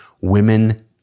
women